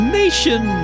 nation